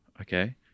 Okay